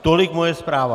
Tolik moje zpráva.